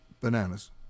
bananas